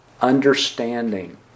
understanding